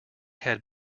had